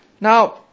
Now